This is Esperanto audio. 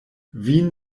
vin